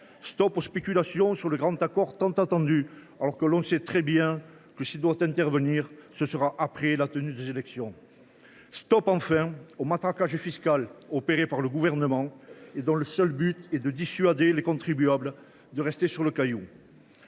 stop aux spéculations sur le grand accord tant attendu, alors que l’on sait très bien que, s’il doit intervenir, ce sera après la tenue des élections ; pour dire stop enfin au matraquage fiscal effectué par le Gouvernement dans le seul but de dissuader les contribuables de rester sur le Caillou.